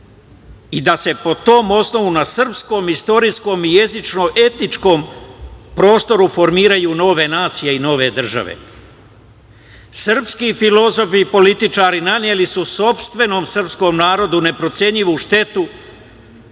i da se po tom osnovu na srpskom istorijskom i jezičko-etičkom prostoru formiraju nove nacije i nove države. Srpski filozofi i političari naneli su sopstvenom srpskom narodu neprocenjivu štetu,